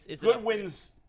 Goodwin's